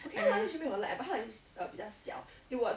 and